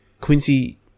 Quincy